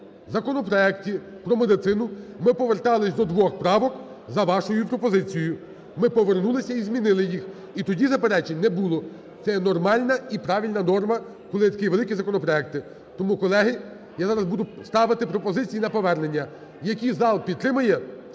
законопроекті про медицину ми повертались до двох правок за вашою пропозицією. Ми повернулися і змінили їх. І тоді заперечень не було. Це є нормальна і правильна норма, коли такі великі законопроекти. Тому, колеги, я зараз буду ставити пропозиції на повернення. Які зал підтримає,